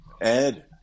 Ed